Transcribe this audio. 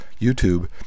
YouTube